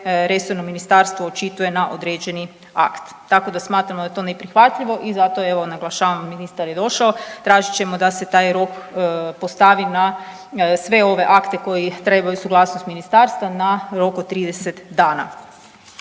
resorno ministarstvo očituje na određeni akt. Tako da smatramo da je to neprihvatljivo i zato evo naglašavam, ministar je došao, tražit ćemo da se taj rok postavi na sve ove akte koji trebaju suglasnost ministarstva na rok od 30 dana.